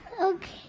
Okay